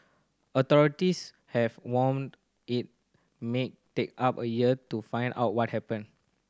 authorities have warned it may take up a year to find out what happened